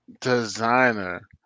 Designer